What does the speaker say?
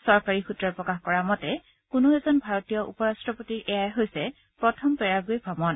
চৰকাৰী সূত্ৰই প্ৰকাশ কৰা মতে কোনো এজন ভাৰতীয় উপ ৰাট্টপতিৰ এয়াই হৈছে প্ৰথম পেৰাগুৱে ভ্ৰমণ